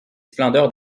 splendeurs